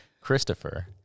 christopher